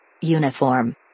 Uniform